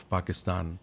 Pakistan